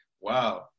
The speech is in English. wow